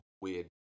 weird